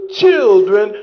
children